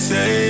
Say